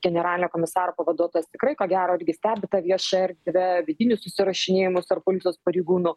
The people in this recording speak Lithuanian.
generalinio komisaro pavaduotojas tikrai ko gero irgi stebi tą viešą erdvę vidinius susirašinėjimus tarp policijos pareigūnų